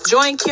Join